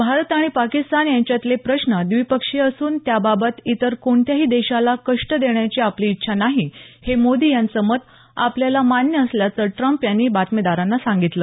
भारत आणि पाकिस्तान यांच्यातले प्रश्न द्विपक्षीय असून त्याबाबत इतर कोणत्याही देशाला कष्ट देण्याची आपली इच्छा नाही हे मोदी यांचं मत आपल्याना मान्य असल्याचं ट्रम्प यांनी बातमीदारांना सांगितलं